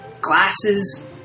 glasses